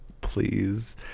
please